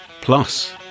plus